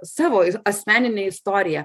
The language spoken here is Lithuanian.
savo asmeninę istoriją